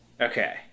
Okay